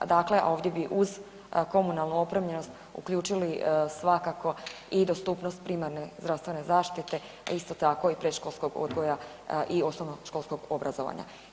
Dakle, a ovdje bi uz komunalnu opremljenost uključili svakako i dostupnost primarne zdravstvene zaštite, a isto tako i predškolskog odgoja i osnovnoškolskog obrazovanja.